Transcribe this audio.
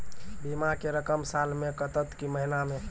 बीमा के रकम साल मे कटत कि महीना मे?